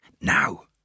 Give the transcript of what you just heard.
Now